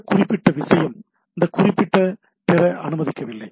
அந்த குறிப்பிட்ட விஷயம் அந்த குறிப்பிட்ட பிற அனுமதிக்கவில்லை